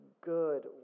good